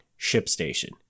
ShipStation